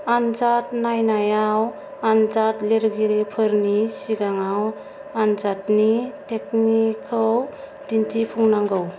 आनजाद नायनायाव आनजाद लिरगिरिफोरनि सिगाङाव आनजादनि टेकनिकखौ दिन्थिफुंनांगौ